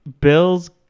Bill's